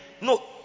no